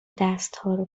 دستهارو